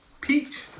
peach